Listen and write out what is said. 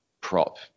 prop